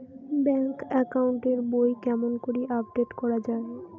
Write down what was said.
Bank account এর বই কেমন করি আপডেট করা য়ায়?